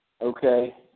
Okay